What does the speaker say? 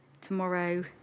tomorrow